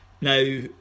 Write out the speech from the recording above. Now